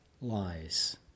lies